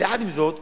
אבל יחד עם זאת,